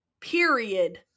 period